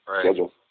schedule